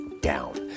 down